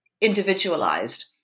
individualized